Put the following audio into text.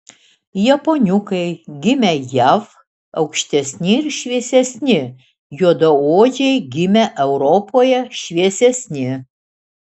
japoniukai gimę jav aukštesni ir šviesesni juodaodžiai gimę europoje šviesesni